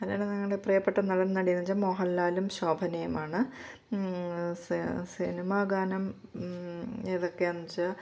മലയാള ഞങ്ങളുടെ പ്രിയപ്പെട്ട നടൻ നടി എന്നുവച്ചാല് മോഹൻലാലും ശോഭനേയുമാണ് സ് സിനിമാഗാനം ഏതൊക്കെയാണെന്നുവച്ചാല്